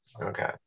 Okay